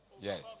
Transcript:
Yes